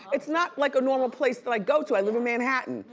it's not like a normal place that i go to. i live in manhattan,